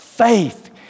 faith